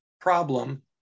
problem